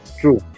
True